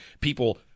people